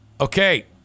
Okay